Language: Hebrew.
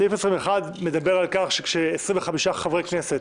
סעיף 21 מדבר על כך שכאשר 25 חברי כנסת